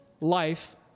life